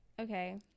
okay